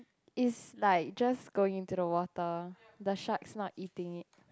is like just going into the water the sharks not eating it